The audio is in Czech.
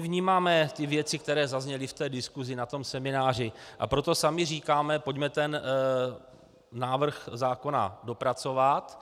Vnímáme věci, které zazněly v diskusi na semináři, a proto sami říkáme pojďme ten návrh zákona dopracovat.